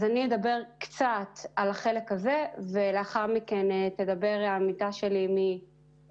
אני אדבר קצת על החלק הזה ולאחר מכן תדבר עמיתתי מאגף